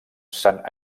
sant